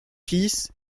fils